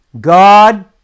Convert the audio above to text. God